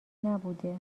نبوده